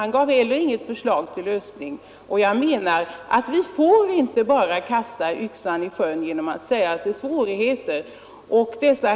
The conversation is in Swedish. Men inte heller han gav något förslag till lösning. Jag menar att vi inte bara får kasta yxan i sjön genom att tala om svårigheter.